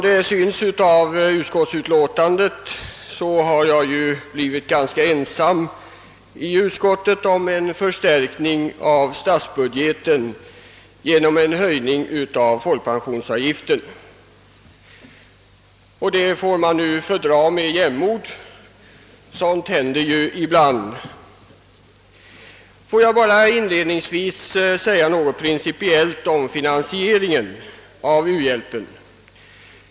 Som framgår av utskottsutlåtandet har jag blivit ensam i utskottet om att föreslå en förstärkning av statsbudgeten genom en höjning av folkpensionsavgiften. Det får jag fördra med jämnmod; sådant händer ju ibland. Får jag bara inledningsvis säga några ord rent principiellt om finansieringen av u-hjälpen.